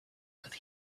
could